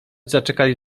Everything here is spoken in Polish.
zaczekali